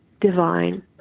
divine